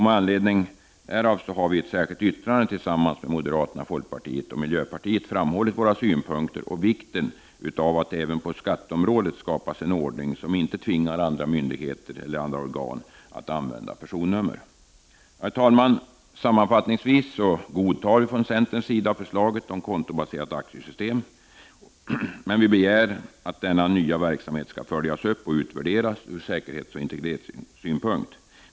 Med anledning härav har vi i ett särskilt yttrande tillsammans med moderaterna, folkpartiet och miljöpartiet framhållit våra synpunkter och vikten av att det även på skatteområdet skapas en ordning som inte tvingar andra myndigheter och Organ att använda personnummer. Herr talman! Sammanfattningsvis godtar vi från centerns sida förslaget om kontobaserat aktiesystem, men vi begär att denna nya verksamhet skall följas upp och utvärderas ur säkerhetsoch integritetssynpunkt.